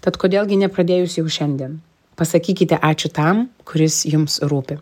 tad kodėl gi nepradėjus jau šiandien pasakykite ačiū tam kuris jums rūpi